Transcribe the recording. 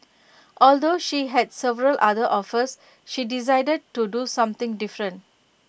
although she had several other offers she decided to do something different